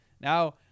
Now